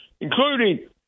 including